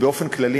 באופן כללי,